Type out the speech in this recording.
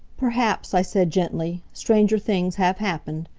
perhaps, i said, gently. stranger things have happened.